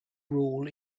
rule